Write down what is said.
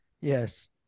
Yes